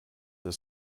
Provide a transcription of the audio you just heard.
des